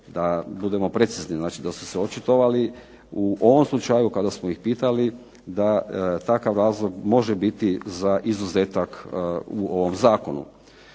da budemo precizni, znači da su se očitovali u ovom slučaju kada smo ih pitali da takav razlog može biti za izuzetak u ovom zakonu.